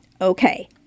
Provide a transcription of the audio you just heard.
Okay